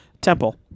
temple